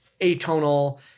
atonal